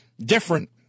different